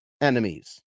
enemies